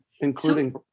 including